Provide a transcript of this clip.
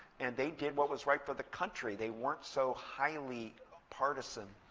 and they did what was right for the country. they weren't so highly partisan.